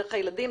דרך הילדים,